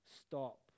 stop